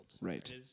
Right